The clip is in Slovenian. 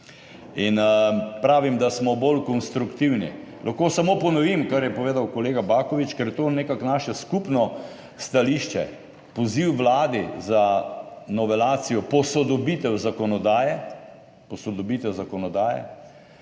Pravim, da smo bolj konstruktivni. Lahko samo ponovim, kar je povedal kolega Baković, ker je to nekako naše skupno stališče, poziv vladi za novelacijo, posodobitev zakonodaje in seveda